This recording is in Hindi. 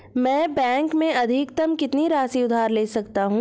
मैं बैंक से अधिकतम कितनी राशि उधार ले सकता हूँ?